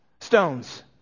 stones